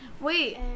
Wait